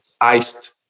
iced